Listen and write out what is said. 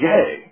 Gay